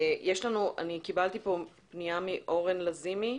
אני קיבלתי פה פנייה מאורן לזימי.